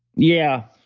yeah.